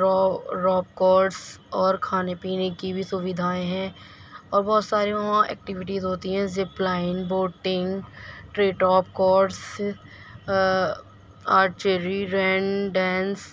رو rope course اور کھانے پینے کی بھی سودھائیں ہیں اور بہت سارے وہاں ایکٹیویٹیز ہوتی ہیں جیسے یپلائن بوٹنگ